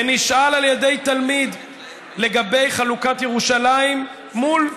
ונשאל על ידי תלמיד לגבי חלוקת ירושלים מול,